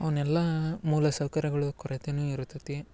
ಅವನ್ನೆಲ್ಲ ಮೂಲ ಸೌಕರ್ಯಗಳು ಕೊರತೆನು ಇರುತತ್ತಿ